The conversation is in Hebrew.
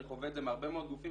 אני חווה את זה בהרבה מאוד גופים,